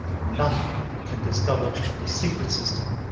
none can discover the secret system.